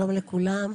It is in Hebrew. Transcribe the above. שלום לכולם.